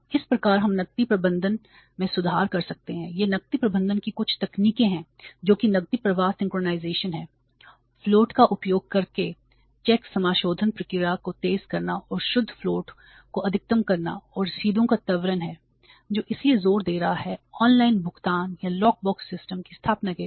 इस प्रकार हम नकदी प्रबंधन में सुधार कर सकते हैं ये नकदी प्रबंधन की कुछ तकनीकें हैं जो कि नकदी प्रवाह सिंक्रनाइज़ेशन या लॉक बॉक्स सिस्टम की स्थापना के लिए